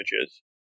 images